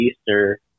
easter